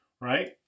right